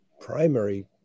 primary